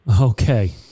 okay